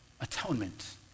atonement